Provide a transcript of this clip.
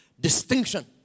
distinction